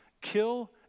kill